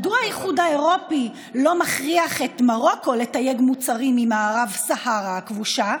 מדוע האיחוד האירופי לא מכריח את מרוקו לתייג מוצרים ממערב סהרה הכבושה?